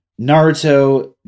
Naruto